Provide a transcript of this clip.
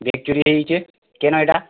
bag ଚୋରି ହେଇଯାଇଛେ କେନ ଏଇଟା